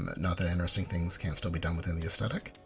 not that interesting things can't still be done within the aesthetic.